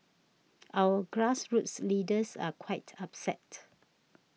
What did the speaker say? our grassroots leaders are quite upset